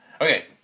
Okay